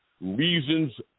reasons